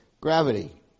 gravity